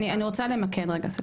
אני רוצה למקד רגע.